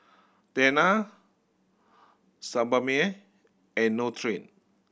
Tena Sebamed and Nutren